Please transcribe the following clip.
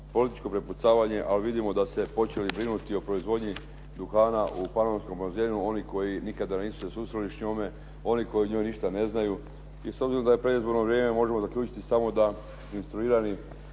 političko prepucavanje. Ali vidimo da se počeli brinuti o proizvodnji duhana u Panonskom bazenu oni koji nikada se nisu susreli s njome, oni koji o njoj ništa ne znaju. I s obzirom da je predizborno vrijeme možemo zaključiti samo da instruirani